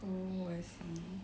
oh I see